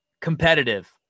Competitive